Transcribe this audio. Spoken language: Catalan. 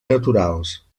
naturals